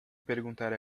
perguntar